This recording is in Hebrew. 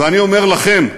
ואני אומר לכם: